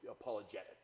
apologetic